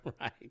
Right